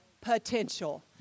potential